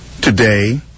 Today